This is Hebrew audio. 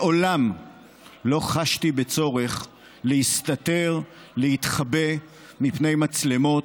מעולם לא חשתי בצורך להסתתר, להתחבא מפני מצלמות,